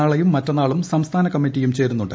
നാളെയും മറ്റന്നാളും സംസ്ഥാന കമ്മിറ്റിയും ചേരുന്നുണ്ട്